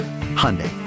Hyundai